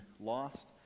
lost